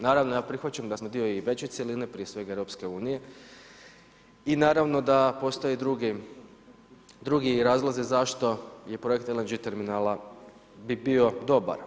Naravno, ja prihvaćam da smo dio i veće cjeline, prije svega EU i naravno da postoje i drugi razlozi zašto je projekt LNG terminala bi bio dobar.